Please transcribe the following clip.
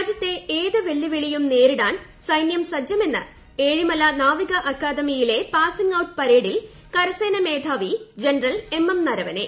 രാജ്യത്തെ ഏത് വെല്ലുവിളിയും നേരിടാൻ സൈനൃം സജ്ജമെന്ന് ഏഴിമല നാവിക്ക് അക്കാഡമിയിലെ പാസിംഗ് ഔട്ട് പരേഡിൽ കരസേനാട്രമധ്ാവി ജനറൽ എംഎം നരവനെ